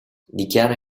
dichiara